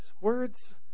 Words